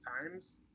times